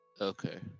Okay